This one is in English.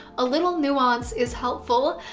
a little nuance is helpful.